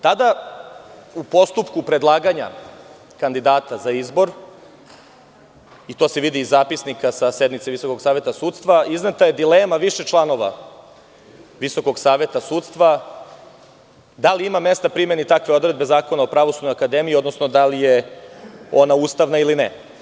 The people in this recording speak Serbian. Tada u postupku predlaganja kandidata za izbor, to se vidi iz zapisnika sa sednice Visokog saveta sudstva, izneta je dilema više članova Visokog saveta sudstva – da li ima mesta primeni takve odredbe Zakona o Pravosudnoj akademiji, odnosno da li je ona ustavna ili ne.